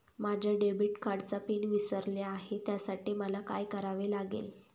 माझ्या डेबिट कार्डचा पिन विसरले आहे त्यासाठी मला काय करावे लागेल?